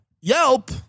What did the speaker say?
Yelp